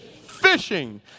fishing